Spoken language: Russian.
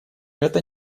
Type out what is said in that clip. это